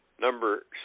number